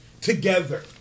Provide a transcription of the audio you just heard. together